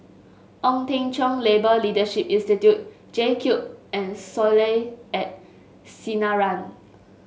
Ong Teng Cheong Labour Leadership Institute JCube and Soleil at Sinaran